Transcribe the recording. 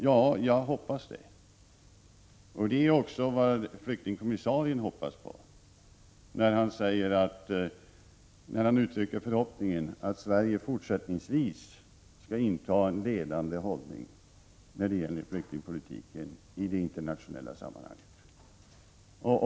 Ja, jag hoppas det, och det gör också flyktingkommissarien när han uttrycker förhoppningen att Sverige fortsättningsvis skall inta en ledande ställning när det gäller flyktingpolitiken och det internationella sammanhanget.